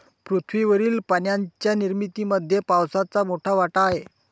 पृथ्वीवरील पाण्याच्या निर्मितीमध्ये पावसाचा मोठा वाटा आहे